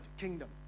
Kingdom